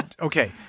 okay